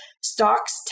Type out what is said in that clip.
Stocks